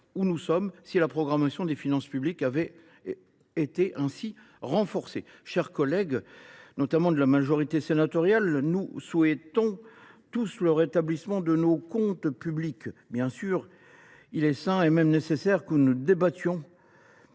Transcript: où nous en sommes si la programmation des finances publiques avait été ainsi renforcée ? Mes chers collègues de la majorité sénatoriale, nous souhaitons tous le rétablissement de nos comptes publics. Bien sûr, il est sain, et même nécessaire, que nous débattions